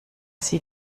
sie